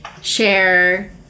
share